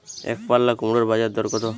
একপাল্লা কুমড়োর বাজার দর কত?